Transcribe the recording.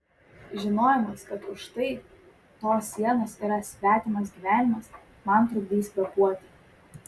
žinojimas kad už štai tos sienos yra svetimas gyvenimas man trukdys kvėpuoti